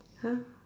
!huh!